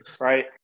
right